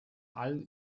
allen